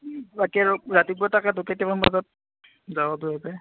বাকী আৰু ৰাতিপুৱা তাকেইটো কেইটামান বজাত যাৱ তহঁতে